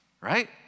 right